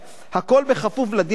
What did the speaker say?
הכול בכפוף לדין הכללי.